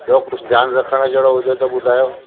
ॿियों कुझु ध्यानु रखणु जहिड़ो हुजे त ॿुधायो